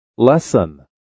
LESSON